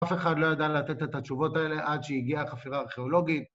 אף אחד לא ידע לתת את התשובות האלה עד שהגיעה החפירה הארכיאולוגית.